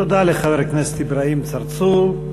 תודה לחבר הכנסת אברהים צרצור.